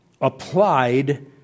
applied